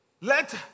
Let